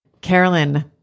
Carolyn